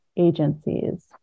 Agencies